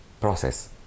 process